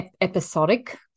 episodic